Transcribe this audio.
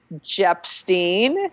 Jepstein